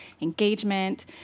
engagement